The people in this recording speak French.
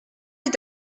est